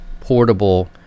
portable